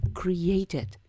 created